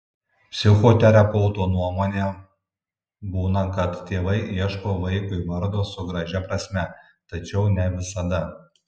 psichoterapeuto nuomone būna kad tėvai ieško vaikui vardo su gražia prasme tačiau ne visada